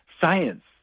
science